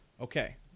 Okay